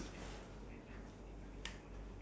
ya at least you can keep the experience ya